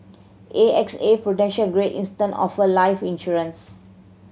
A X A Prudential Great Eastern offer life insurance